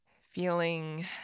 Feeling